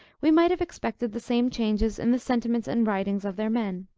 we might have expected the same changes in the sentiments and writings of their men.